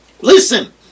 Listen